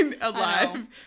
alive